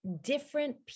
different